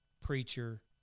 preacher